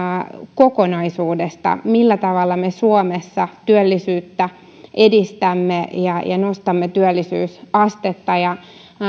kokonaisuudesta millä tavalla me suomessa työllisyyttä edistämme ja ja nostamme työllisyysastetta ja